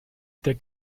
der